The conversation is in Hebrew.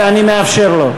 ואני מאפשר לו.